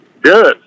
Good